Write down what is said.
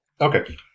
Okay